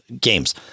games